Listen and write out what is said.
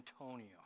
Antonio